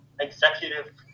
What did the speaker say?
executive